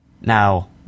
Now